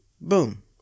Boom